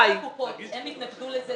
הם התנגדו לזה.